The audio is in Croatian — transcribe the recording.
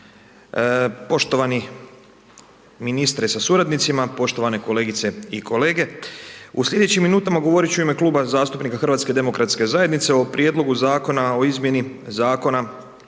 Poštovani ministre sa suradnicima poštovane kolegice i kolege. U sljedećim minutama govoriti ću ime Kluba zastupnika HDZ-a o prijedlogu Zakona o izmjeni Zakona o